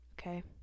okay